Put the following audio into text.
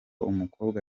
umukobwa